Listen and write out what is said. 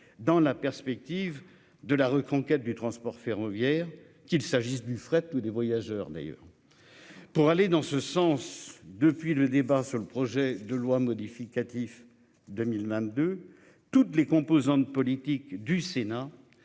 dans la perspective de la reconquête du transport ferroviaire, qu'il s'agisse du fret tous des voyageurs d'ailleurs. Pour aller dans ce sens depuis le débat sur le projet de loi modificatifs 2022 toutes les composantes politiques du Sénat